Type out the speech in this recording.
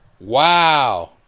Wow